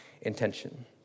intention